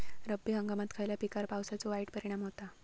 रब्बी हंगामात खयल्या पिकार पावसाचो वाईट परिणाम होता?